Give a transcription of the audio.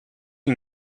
you